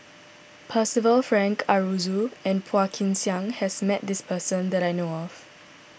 Percival Frank Aroozoo and Phua Kin Siang has met this person that I know of